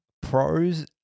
Pros